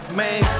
man